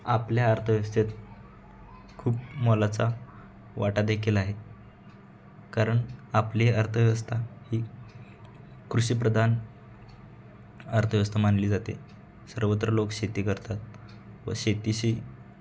आपल्या अर्थव्यवस्थेत खूप मोलाचा वाटादेखील आहे कारण आपली अर्थव्यवस्था ही कृषीप्रधान अर्थव्यवस्था मानली जाते सर्वत्र लोक शेती करतात व शेतीशी